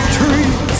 trees